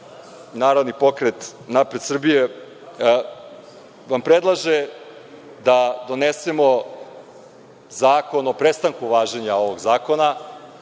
Narodni pokret Napred Srbijo vam predlaže da donesemo zakon o prestanku važenja ovog zakona